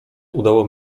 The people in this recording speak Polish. udało